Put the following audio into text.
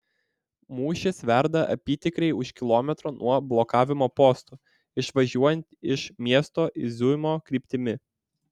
mūšis verda apytikriai už kilometro nuo blokavimo posto išvažiuojant iš miesto iziumo kryptimi